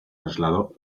trasladó